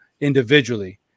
individually